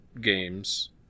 games